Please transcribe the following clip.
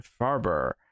Farber